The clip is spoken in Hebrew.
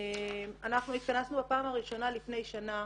אנחנו התכנסנו לראשונה לפני שנה,